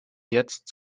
jetzt